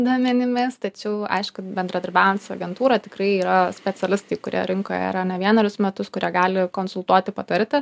duomenimis tačiau aišku bendradarbiaujant su agentūra tikrai yra specialistai kurie rinkoje yra ne vienerius metus kurie gali konsultuoti patarti